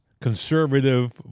conservative